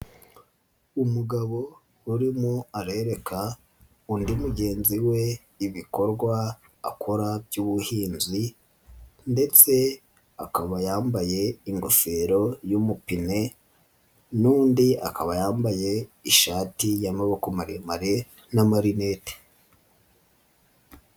Umugabo urimo arereka undi mugenzi we ibikorwa akora by'ubuhinzi ndetse akaba yambaye ingofero y'umupine n'undi akaba yambaye ishati y'amaboko maremare n'amarinete.